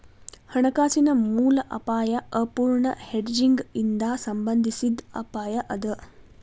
ಹಣಕಾಸಿನ ಮೂಲ ಅಪಾಯಾ ಅಪೂರ್ಣ ಹೆಡ್ಜಿಂಗ್ ಇಂದಾ ಸಂಬಂಧಿಸಿದ್ ಅಪಾಯ ಅದ